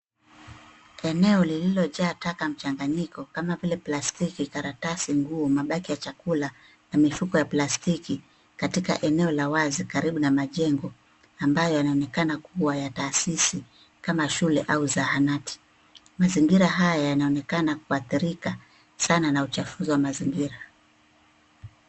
Eneo lililojaa taka mchanganyiko kama vile plastiki, karatasi, nguo, mabaki ya chakula na mifuko ya plastiki katika eneo la wazi karibu na majengo ambayo yanaonekana kuwa ya taasisi kama shule au zahanati. Mazingira haya yanaonekana kuathirika sana na uchafuzi wa mazingira.